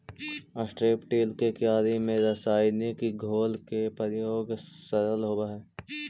strip till के क्यारि में रसायनिक घोल के प्रयोग सरल होवऽ हई